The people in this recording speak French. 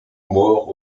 moore